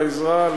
על העזרה.